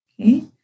Okay